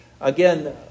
again